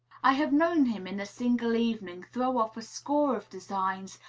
i have known him in a single evening throw off a score of designs,